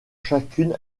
chacune